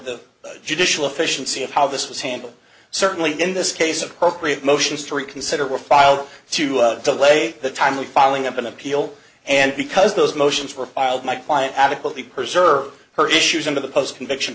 the judicial efficiency of how this was handled certainly in this case of appropriate motions to reconsider were filed to delay the timely following up an appeal and because those motions were filed my client adequately preserved her issues of the post conviction